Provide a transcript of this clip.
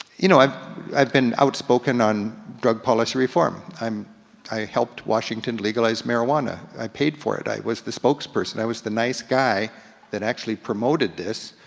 you know i've i've been outspoken on drug policy reform. um i helped washington legalize marijuana. i paid for it. i was the spokesperson. i was the nice guy that actually promoted this,